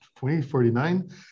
2049